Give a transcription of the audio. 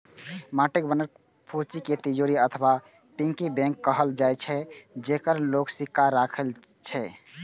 माटिक बनल फुच्ची कें तिजौरी अथवा पिग्गी बैंक कहल जाइ छै, जेइमे लोग सिक्का राखै छै